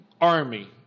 army